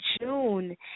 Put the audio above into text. June